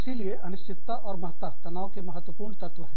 इसीलिए अनिश्चितता और महत्ता तनाव के महत्वपूर्ण तत्व हैं